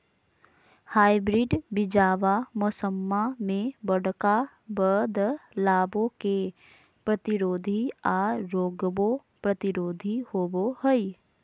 hybrid बीजावा मौसम्मा मे बडका बदलाबो के प्रतिरोधी आ रोगबो प्रतिरोधी होबो हई